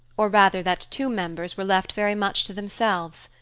or rather that two members were left very much to themselves.